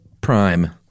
prime